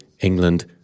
England